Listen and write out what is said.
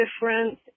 different